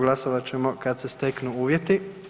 Glasovat ćemo kad se steknu uvjeti.